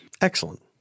Excellent